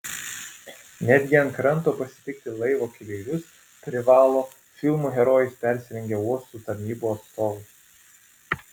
netgi ant kranto pasitikti laivo keleivius privalo filmų herojais persirengę uosto tarnybų atstovai